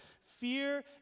fear